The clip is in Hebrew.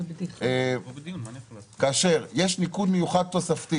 יש ניקוד מיוחד תוספתי